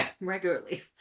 regularly